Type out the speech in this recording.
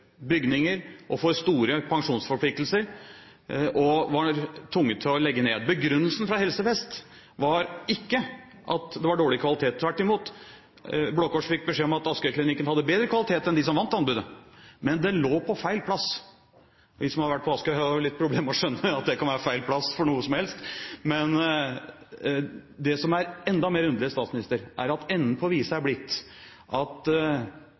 bygninger, for store pensjonsforpliktelser og var tvunget til å legge ned. Begrunnelsen fra Helse Vest var ikke at det var dårlig kvalitet. Tvert imot, Blå Kors fikk beskjed om at Askøy-klinikken hadde bedre kvalitet enn dem som vant anbudet – men den lå på feil plass! Vi som har vært på Askøy, har litt problemer med å skjønne at det kan være feil plass for noe som helst, men det som er enda mer underlig, statsminister, er at enden på visa er blitt at